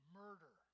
murder